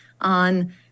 on